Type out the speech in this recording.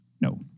no